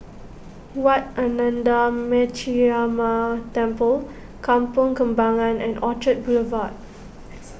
what Ananda Metyarama Temple Kampong Kembangan and Orchard Boulevard